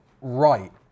right